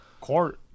Court